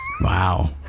Wow